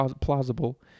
plausible